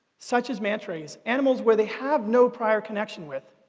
such as manta rays, animals where they have no prior connection with,